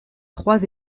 trois